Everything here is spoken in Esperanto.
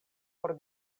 por